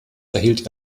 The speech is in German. erhielt